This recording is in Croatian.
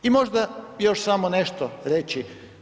I možda još samo nešto reći.